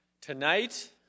tonight